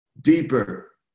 deeper